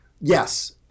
Yes